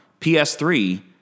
PS3